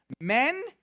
men